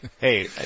Hey